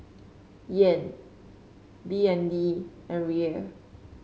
Yen B N D and Riel